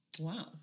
Wow